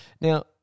Now